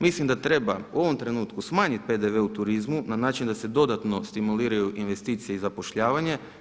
Mislim da treba u ovom trenutku smanjiti PDV u turizmu ma način da se dodatno stimuliraju investicije i zapošljavanje.